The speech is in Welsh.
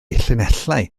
llinellau